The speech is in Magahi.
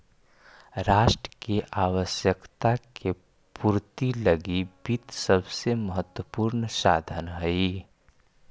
राष्ट्र के आवश्यकता के पूर्ति लगी वित्त सबसे महत्वपूर्ण साधन हइ